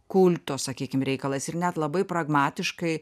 kulto sakykime reikalas ir net labai pragmatiškai